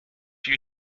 you